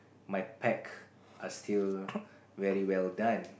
my pack are still very well done